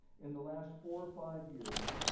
in the last four, five years,